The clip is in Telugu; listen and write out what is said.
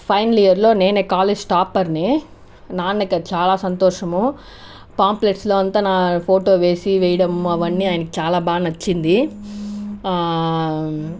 ఫైనల్ ఇయర్లో నేను కాలేజ్ టాపర్ని నాన్నకు అది చాలా సంతోషము పాంప్లెట్స్లో అంతా నా ఫోటో వేసి వేయడము అవన్నీ ఆయనకు చాలా బాగా నచ్చింది